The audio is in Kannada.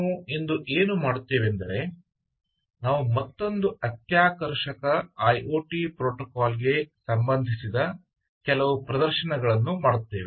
ನಾವು ಇಂದು ಏನು ಮಾಡುತ್ತೇವೆಂದರೆ ನಾವು ಮತ್ತೊಂದು ಅತ್ಯಾಕರ್ಷಕ ಐಒಟಿ ಪ್ರೋಟೋಕಾಲ್ಗೆ ಸಂಬಂಧಿಸಿದ ಕೆಲವು ಪ್ರದರ್ಶನಗಳನ್ನು ಮಾಡುತ್ತೇವೆ